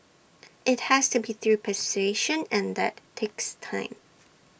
IT has to be through persuasion and that takes time